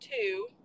two